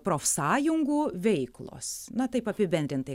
profsąjungų veiklos na taip apibendrintai